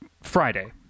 Friday